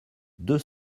deux